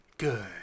Good